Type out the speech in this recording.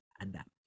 adapt